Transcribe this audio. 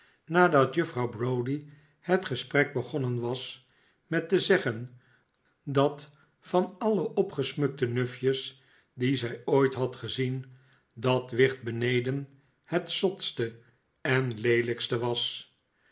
nadat juffrouw browdie het gesprek begonnen was met te zeggen dat van alle opgesmukte nufjes die zij ooit had gezien dat wicht beneden het zotste en leelijkste was